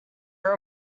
were